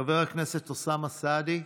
חבר הכנסת אוסאמה סעדי,